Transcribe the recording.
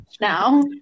now